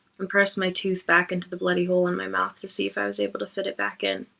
and press my tooth back into the bloody hole in my mouth to see if i was able to fit it back in.